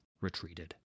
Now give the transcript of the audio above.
retreated